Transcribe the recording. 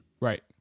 Right